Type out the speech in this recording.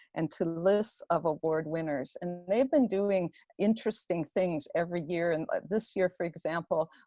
and to lists of award winners. and they've been doing interesting things every year, and this year, for example,